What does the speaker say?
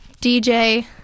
dj